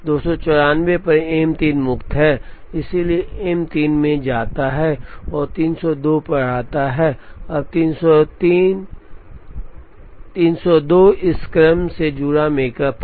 294 पर M 3 मुक्त है इसलिए M 3 में जाता है और 302 पर आता है अब 302 इस क्रम से जुड़ा मेकप है